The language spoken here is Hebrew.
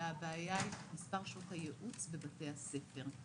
אלא הבעיה היא מספר שעות הייעוץ בבתי הספר,